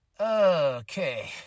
okay